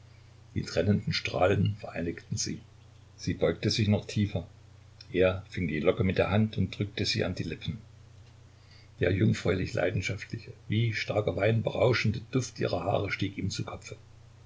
die trennenden strahlen vereinigten sie sie beugte sich noch tiefer er fing die locke mit der hand und drückte sie an die lippen der jungfräulich leidenschaftliche wie starker wein berauschende duft ihrer haare stieg ihm zu kopfe